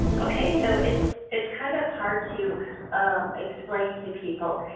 okay. so it's it's kind of hard to um explain to people,